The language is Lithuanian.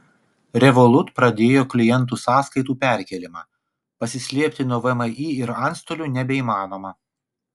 revolut pradėjo klientų sąskaitų perkėlimą pasislėpti nuo vmi ir antstolių nebeįmanoma